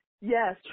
Yes